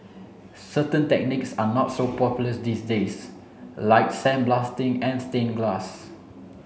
certain technics are not so popular these days like sandblasting and stain glass